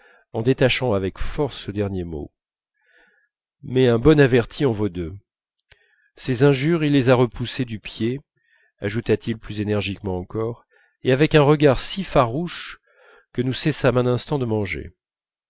en détachant avec force ce dernier mot mais un bon averti en vaut deux ces injures il les a repoussées du pied ajouta-t-il plus énergiquement encore et avec un regard si farouche que nous cessâmes un instant de manger